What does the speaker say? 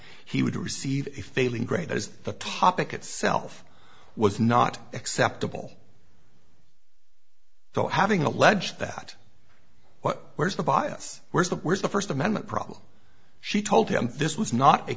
he would receive a failing grade as the topic itself was not acceptable so having alleged that where's the bias where's the where's the first amendment problem she told him this was not